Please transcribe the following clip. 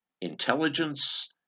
intelligence